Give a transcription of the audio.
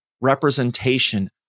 representation